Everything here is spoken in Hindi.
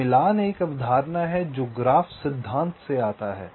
तो मिलान एक अवधारणा है जो ग्राफ़ सिद्धांत से आता है